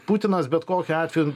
putinas bet kokiu atveju